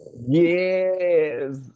Yes